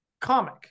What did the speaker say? comic